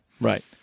Right